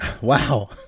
Wow